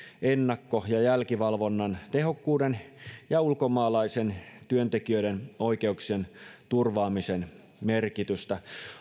ennakko ja jälkivalvonnan tehokkuuden ja ulkomaalaisten työntekijöiden oikeuksien turvaamisen merkitystä